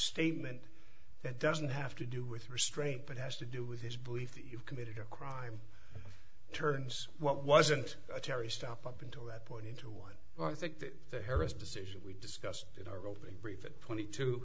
statement that doesn't have to do with restraint but has to do with his belief that you've committed a crime turns what wasn't terry stop up until that point into one but i think that the harris decision we discussed in our opening brief it twenty two